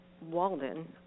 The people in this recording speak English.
Walden